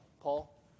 Paul